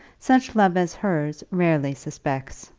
such love as hers rarely suspects.